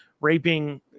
Raping